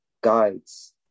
guides